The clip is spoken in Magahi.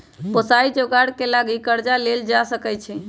पइसाके जोगार के लागी कर्जा लेल जा सकइ छै